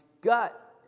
gut